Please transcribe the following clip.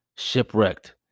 Shipwrecked